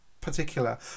particular